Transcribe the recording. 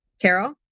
Carol